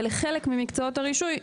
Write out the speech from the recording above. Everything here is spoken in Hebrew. ולחלק ממקצועות הרישוי,